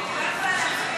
התשע"ה 2015,